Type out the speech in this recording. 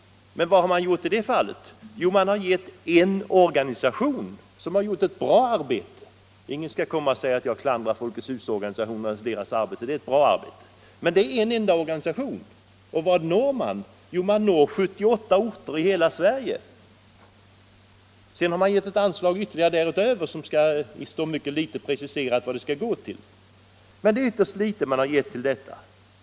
Men vad har man gjort i det fallet? Jo, man har gett den uppgiften åt en organisation, som har gjort ett bra arbete — ingen skall komma och säga att jag klandrar Folkets Husorganisationen för dess arbete, det är ett bra arbete — men det är en enda organisation och vart når man genom den? Jo, man når 78 orter i hela Sverige. Sedan har man gett ett anslag därutöver. Det står mycket litet preciserat vad det skall gå till. Men det är ytterst litet man gett till detta.